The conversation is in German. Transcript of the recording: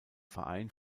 verein